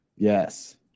Yes